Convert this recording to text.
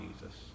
Jesus